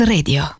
Radio